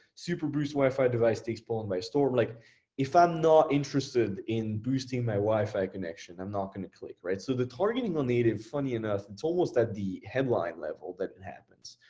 superboost wifi device takes poland by storm like if i'm not interested in boosting my wifi connection, i'm not gonna click. so the targeting on native, funny enough it's almost at the headline level that it happens.